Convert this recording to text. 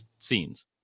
Scenes